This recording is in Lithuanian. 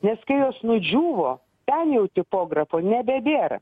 nes kai jos nudžiūvo ten jau tipografo nebebėra